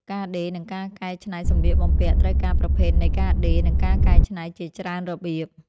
ការដេរ និងការកែច្នៃសម្លៀកបំពាក់ ត្រូវការប្រភេទនៃការដេរ និងការកែច្នៃជាច្រើនរបៀប។